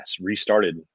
restarted